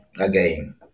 Again